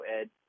Ed